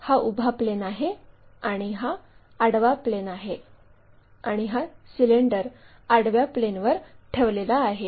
हा उभा प्लेन आहे आणि हा आडवा प्लेन आहे आणि हा सिलेंडर आडव्या प्लेनवर ठेवलेला आहे